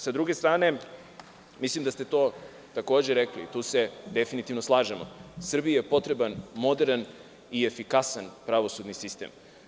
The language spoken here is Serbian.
Sa druge strane, mislim da ste to rekli, tu se definitivno slažemo, Srbiji je potreban moderan i efikasan pravosudni sistem.